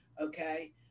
Okay